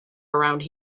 around